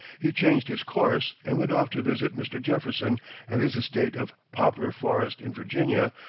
he changed his course, and went off to visit mr. jefferson at his estate of poplar forest in virginia,